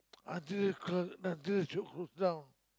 other cul~ other shop close down